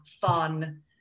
fun